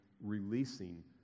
releasing